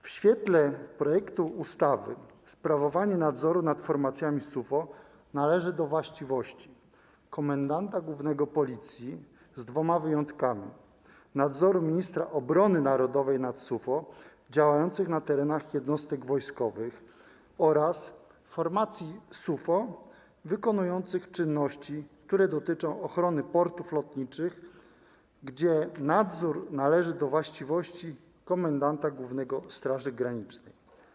W świetle projektu ustawy sprawowanie nadzoru nad formacjami SUFO należy do właściwości komendanta głównego Policji z dwoma wyjątkami: nadzoru ministra obrony narodowej nad SUFO działającymi na terenach jednostek wojskowych oraz nadzoru nad SUFO wykonującymi czynności, które dotyczą ochrony portów lotniczych, który należy do właściwości komendanta głównego Straży Granicznej.